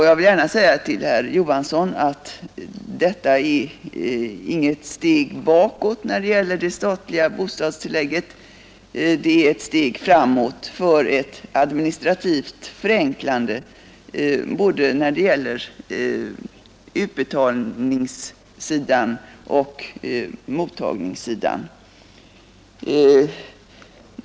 Jag vill gärna säga till herr Knut Johansson i Stockholm att detta inte är något steg bakåt när det gäller det statliga bostadstillägget. Det är ett steg framåt, ett administrativt förenklande både när det gäller utbetalningssidan och mottagningssidan.